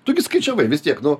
tu gi skaičiavai vis tiek nu